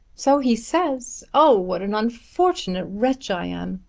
so he says. oh, what an unfortunate wretch i am!